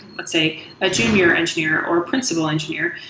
let's say a junior engineer or a principal engineer.